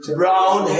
brown